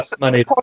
money